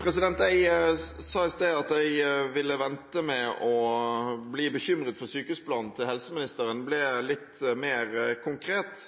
Jeg sa i sted at jeg ville vente med å bli bekymret for sykehusplanen til helseministeren ble litt mer konkret,